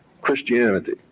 Christianity